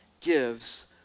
gives